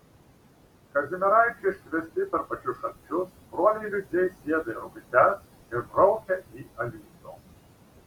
kazimieraičio iškviesti per pačius šalčius broliai liudžiai sėda į rogutes ir braukia į alytų